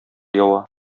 ява